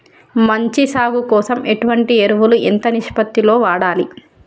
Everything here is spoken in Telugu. మంచి సాగు కోసం ఎటువంటి ఎరువులు ఎంత నిష్పత్తి లో వాడాలి?